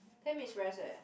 ten minutes rest eh